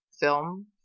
film